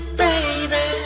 baby